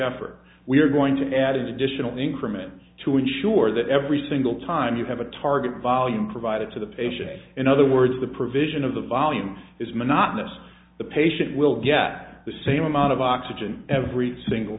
effort we're going to add an additional increment to ensure that every single time you have a target volume provided to the patient in other words the provision of the volume is monotonous the patient will get the same amount of oxygen every single